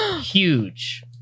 huge